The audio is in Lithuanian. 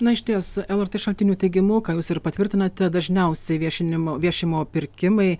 na išties lrt šaltinių teigimu ką jūs ir patvirtinote dažniausiai viešinimo viešimo pirkimai